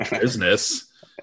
business